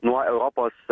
nuo europos